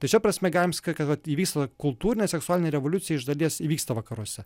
tai šia prasme galim sakyt kad vat įvyksta kultūrinė seksualinė revoliucija iš dalies įvyksta vakaruose